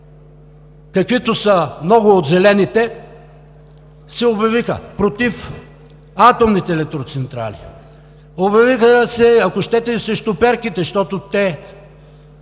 каквито са много от „Зелените“, се обявиха против атомните електроцентрали, обявиха се, ако щете, и срещу перките, защото те